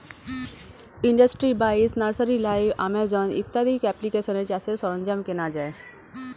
industry বাইশ, nursery live, Amazon ইত্যাদি অ্যাপ্লিকেশানে চাষের সরঞ্জাম কেনা যায়